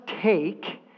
take